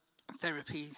therapy